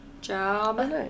job